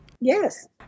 Yes